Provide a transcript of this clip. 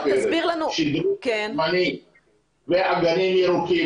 שדרוג זמני באגנים ירוקים.